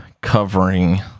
covering